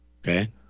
Okay